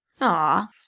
Aw